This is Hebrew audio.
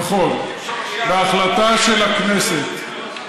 נכון, בהחלטה של הכנסת,